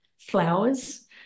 flowers